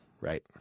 Right